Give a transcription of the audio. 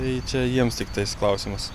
tai čia jiems tiktais klausimas